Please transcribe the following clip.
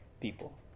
people